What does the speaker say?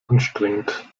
anstrengend